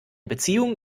beziehung